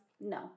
no